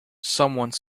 someone